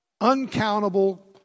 uncountable